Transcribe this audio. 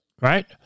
Right